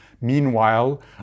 Meanwhile